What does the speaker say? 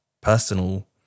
personal